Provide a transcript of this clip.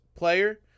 player